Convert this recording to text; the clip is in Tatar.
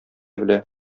белә